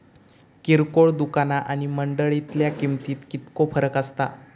किरकोळ दुकाना आणि मंडळीतल्या किमतीत कितको फरक असता?